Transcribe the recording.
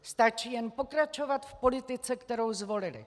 Stačí jen pokračovat v politice, kterou zvolili.